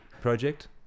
project